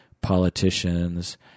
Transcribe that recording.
politicians